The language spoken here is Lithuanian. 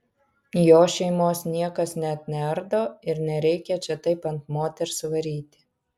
jo šeimos niekas net neardo ir nereikia čia taip ant moters varyti